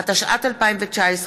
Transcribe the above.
התשע"ט 2019,